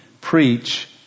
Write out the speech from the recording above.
preach